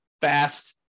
fast